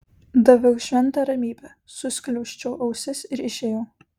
daviau šventą ramybę suskliausčiau ausis ir išėjau